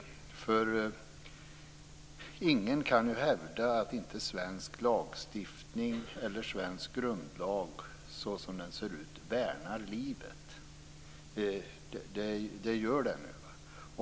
Ingen kan hävda att svensk lagstiftning eller svensk grundlag inte värnar livet. Det gör den.